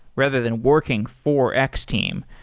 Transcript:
rather than working for x-team.